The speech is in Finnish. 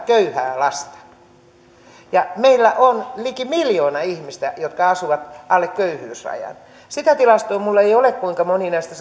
köyhää lasta ja meillä on liki miljoona ihmistä jotka elävät alle köyhyysrajan sitä tilastoa minulla ei ole kuinka moni näistä